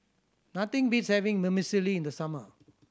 nothing beats having Vermicelli in the summer